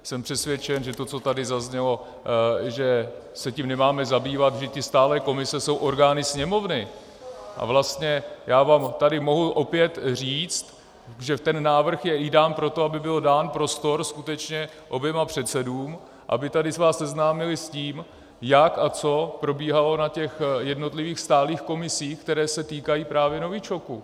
Jsem přesvědčen, že co tady zaznělo, že se tím nemáme zabývat, že ty stálé komise jsou orgány Sněmovny, a vlastně vám tady mohu opět říct, že ten návrh je dán i proto, aby byl dán prostor skutečně oběma předsedům, aby vás tady seznámili s tím, jak a co probíhalo na těch jednotlivých stálých komisích, které se týkají právě novičoku.